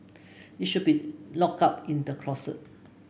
it should be locked up in the closet